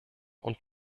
und